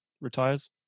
retires